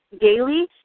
daily